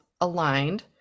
aligned